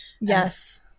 Yes